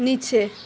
নীচে